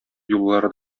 юллары